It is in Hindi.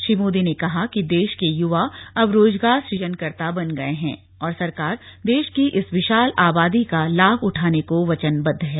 श्री मोदी ने कहा कि देश के युवा अब रोजगार सुजनकर्ता बन गये हैं और सरकार देश की इस विशाल आबादी का लाभ उठाने को वचनबद्व है